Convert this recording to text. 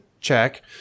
check